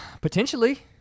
Potentially